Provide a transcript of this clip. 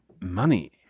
Money